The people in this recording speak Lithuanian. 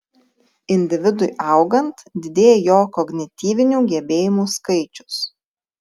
individui augant didėja jo kognityvinių gebėjimų skaičius